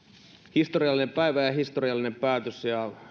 historiallinen päivä ja historiallinen päätös ja on